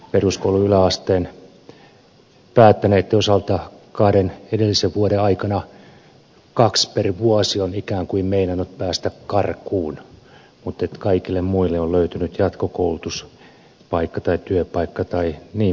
eli todella peruskoulun yläasteen päättäneiden osalta kahden edellisen vuoden aikana kaksi per vuosi on ikään kuin meinannut päästä karkuun mutta kaikille muille on löytynyt jatkokoulutuspaikka tai työpaikka jnp